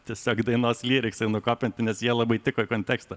tiesiog dainos lyriksai nukopinti nes jie labai tiko į kontekstą